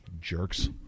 jerks